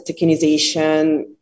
tokenization